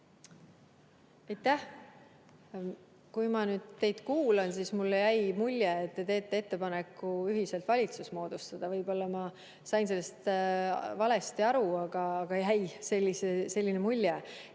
Aitäh! Kui ma teid kuulasin, siis mulle jäi mulje, et te teete ettepaneku ühiselt valitsus moodustada. Võib-olla ma sain sellest valesti aru, aga jäi selline mulje.